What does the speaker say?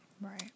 right